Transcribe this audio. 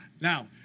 now